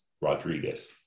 Rodriguez